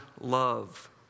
love